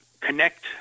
connect